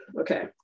okay